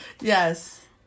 Yes